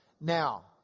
Now